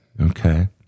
Okay